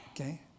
okay